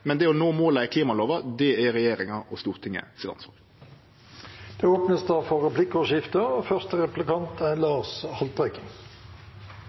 men det å nå måla i klimalova er regjeringa og Stortinget sitt ansvar. Det blir replikkordskifte. Jeg har et enkelt spørsmål til statsråden: Er